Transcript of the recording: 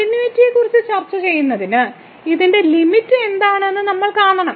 കണ്ടിന്യൂയിറ്റിയെക്കുറിച്ച് ചർച്ച ചെയ്യുന്നതിന് ഇതിന്റെ ലിമിറ്റ് എന്താണ് എന്ന് നമ്മൾ കാണണം